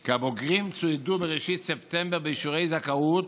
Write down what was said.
כי הבוגרים צוידו בראשית ספטמבר באישורי זכאות,